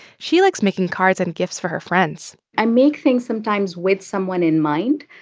she likes making cards and gifts for her friends i make things sometimes with someone in mind.